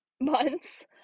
months